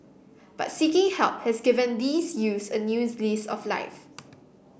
but seeking help has given these youths a new lease of life